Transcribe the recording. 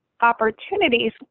opportunities